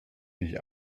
nicht